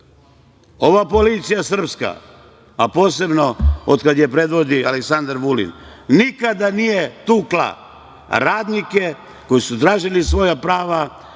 Ova policija srpska, a posebno od kada je predvodi Aleksandar Vulin, nikada nije tukla radnike koji su tražili svoja prava,